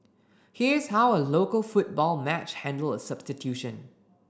here's how a local football match handle a substitution